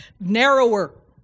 narrower